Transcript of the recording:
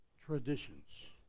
traditions